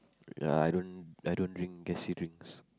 ya I don't I don't drink gassy drinks